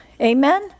Amen